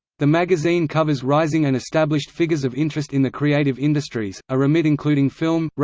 the magazine covers rising and established figures of interest in the creative industries, a remit including film,